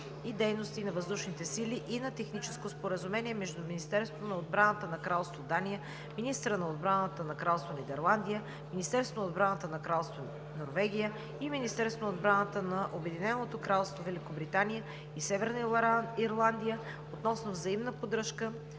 и дейности на военновъздушните сили (ATARES) и на Техническо споразумение между Министерството на отбраната на кралство Дания, министъра на отбраната на Кралство Нидерландия, Министерството на отбраната на Кралство Норвегия и Министерството на отбраната на Обединеното кралство Великобритания и Северна Ирландия относно взаимна поддръжка